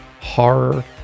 horror